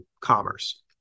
commerce